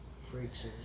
freaks